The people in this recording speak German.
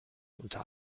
unter